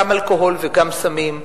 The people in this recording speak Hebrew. גם אלכוהול וגם סמים,